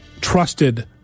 trusted